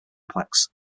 complex